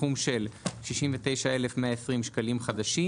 בסכום של 69,120 שקלים חדשים,